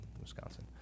Wisconsin